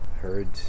heard